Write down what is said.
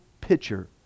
picture